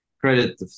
credit